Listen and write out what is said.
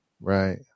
Right